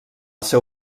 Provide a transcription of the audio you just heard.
seu